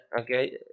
okay